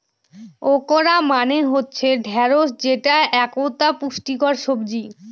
okra মানে হচ্ছে ঢ্যাঁড়স যেটা একতা পুষ্টিকর সবজি